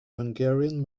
hungarian